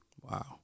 wow